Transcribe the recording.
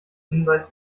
hinweis